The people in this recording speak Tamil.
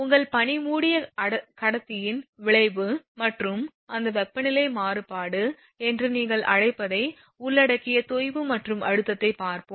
உங்கள் பனி மூடிய கடத்தியின் விளைவு மற்றும் அந்த வெப்பநிலை மாறுபாடு என்று நீங்கள் அழைப்பதை உள்ளடக்கிய தொய்வு மற்றும் அழுத்தத்தை பார்ப்போம்